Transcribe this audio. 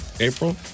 April